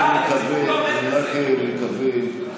לא עומד בזה.